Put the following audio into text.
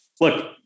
look